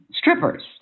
strippers